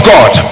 God